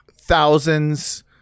thousands